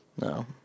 No